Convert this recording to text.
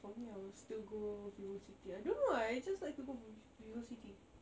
for me I will still go vivocity I don't know lah I just like to go vivo~ vivocity